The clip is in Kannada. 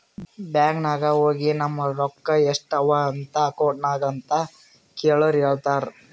ಬ್ಯಾಂಕ್ ನಾಗ್ ಹೋಗಿ ನಮ್ ರೊಕ್ಕಾ ಎಸ್ಟ್ ಅವಾ ಅಕೌಂಟ್ನಾಗ್ ಅಂತ್ ಕೇಳುರ್ ಹೇಳ್ತಾರ್